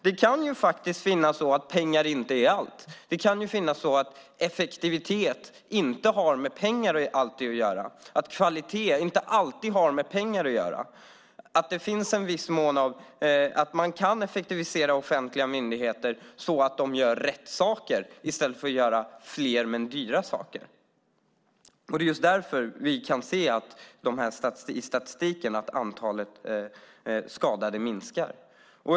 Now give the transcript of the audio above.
Det kan faktiskt vara så att pengar inte är allt. Det kan vara så att effektivitet inte alltid har med pengar att göra, att kvalitet inte alltid har med pengar att göra och att man i viss mån kan effektivisera offentliga myndigheter, så att de gör rätt saker i stället för att göra fler men dyra saker. Det är just därför vi kan se i statistiken att antalet skadade minskar.